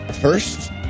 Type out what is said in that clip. First